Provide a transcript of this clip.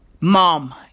mom